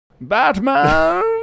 Batman